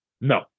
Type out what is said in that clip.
No